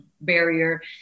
barrier